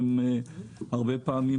הרבה פעמים,